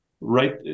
Right